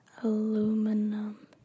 Aluminum